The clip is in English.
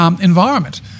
environment